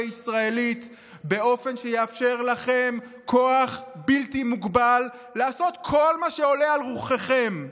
הישראלית באופן שיאפשר לכם כוח בלתי מוגבל לעשות כל מה שעולה על רוחכם.